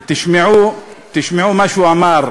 1936. ותשמעו מה שהוא אמר,